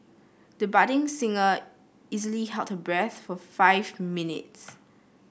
the budding singer easily held her breath for five minutes